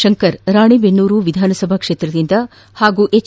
ಶಂಕರ್ ರಾಣೆಬೆನ್ನೂರು ವಿಧಾನಸಭಾ ಕ್ಷೇತ್ರದಿಂದ ಹಾಗೂ ಎಚ್